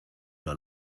una